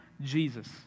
Jesus